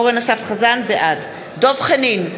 בעד דב חנין,